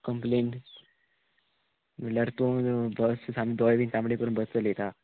complain म्हणल्यार तूं बस सा दोळे बीन सामके तांबडे करून बस चलयता